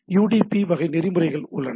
UDP வகை நெறிமுறைகள் உள்ளன